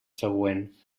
següent